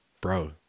Bro